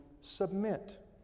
submit